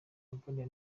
aganira